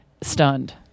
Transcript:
stunned